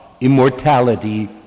immortality